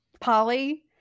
Polly